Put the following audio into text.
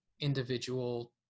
individual